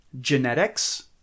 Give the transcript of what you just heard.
genetics